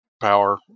power